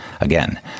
Again